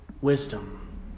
wisdom